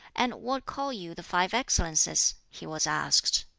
and what call you the five excellences? he was asked.